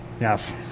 Yes